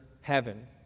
heaven